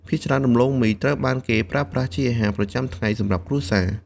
ភាគច្រើន ដំឡូងមីត្រូវបានគេប្រើប្រាស់ជាអាហារប្រចាំថ្ងៃសម្រាប់គ្រួសារ។